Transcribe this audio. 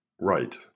right